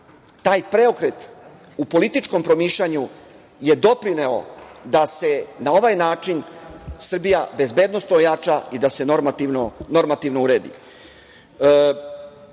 Taj preokret u političkom promišljanju je doprineo da se na ovaj način Srbija bezbednosno ojača i da se normativno